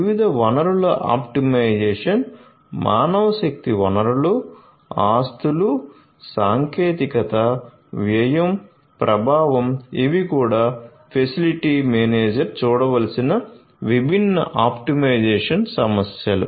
వివిధ వనరుల ఆప్టిమైజేషన్ మానవశక్తి వనరులు ఆస్తులు సాంకేతికత వ్యయ ప్రభావం ఇవి కూడా ఫెసిలిటీ మేనేజర్ చూడవలసిన విభిన్న ఆప్టిమైజేషన్ సమస్యలు